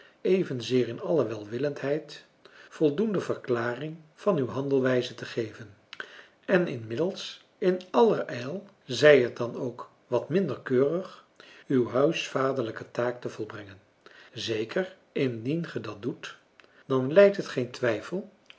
evenzeer in alle welwillendheid voldoende verklaring van uw handelwijze te geven en inmiddels in allerijl zij het dan ook wat minder keurig uw huisvaderlijke taak te volbrengen zeker indien ge dat doet dan lijdt het geen twijfel